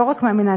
לא רק מאמינה,